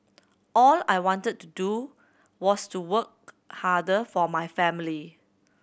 all I wanted to do was to work harder for my family